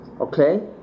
Okay